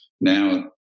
now